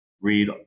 read